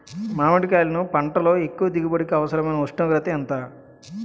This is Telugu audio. మామిడికాయలును పంటలో ఎక్కువ దిగుబడికి అవసరమైన ఉష్ణోగ్రత ఎంత?